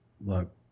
look